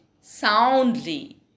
soundly